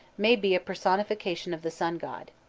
may be a personification of the sun-god.